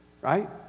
right